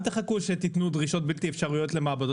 אל תחכו שתתנו דרישות בלתי אפשריות למעבדות.